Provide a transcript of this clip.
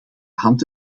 hand